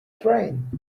train